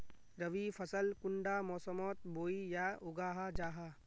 रवि फसल कुंडा मोसमोत बोई या उगाहा जाहा?